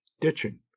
Ditching